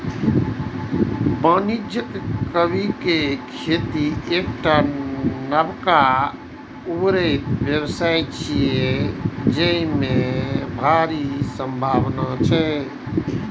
वाणिज्यिक कीवीक खेती एकटा नबका उभरैत व्यवसाय छियै, जेमे भारी संभावना छै